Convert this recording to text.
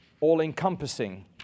all-encompassing